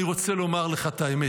אני רוצה לומר לך את האמת,